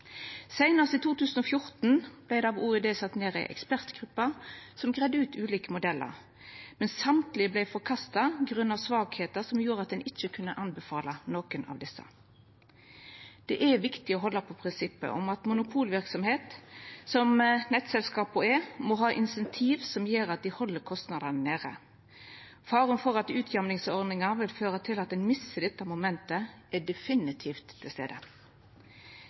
Seinast i 2014 vart det av Olje- og energidepartementet sett ned ei ekspertgruppe som greidde ut ulike modellar, men alle vart forkasta grunna svakheiter som gjorde at ein ikkje kunne anbefala nokon av dei. Det er viktig å halda på prinsippet om at monopolverksemder, som nettselskapa er, må ha insentiv som gjer at dei held kostnadene nede. Faren for at utjamningsordningar vil føra til at ein misser dette momentet, er definitivt til stades.